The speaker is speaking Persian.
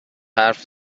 حرف